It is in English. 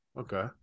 Okay